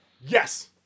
yes